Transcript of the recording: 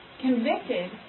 Convicted